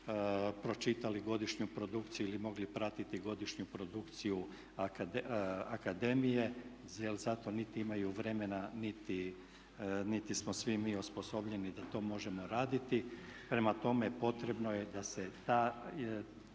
pročitali godišnju produkciju ili mogli pratiti godišnju produkciju akademije jer za to niti imaju vremena, niti smo svi mi osposobljeni da to možemo raditi. Prema tome potrebno je da se ta